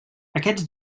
aquests